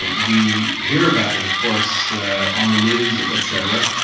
we hear about it of course on the news et cetera,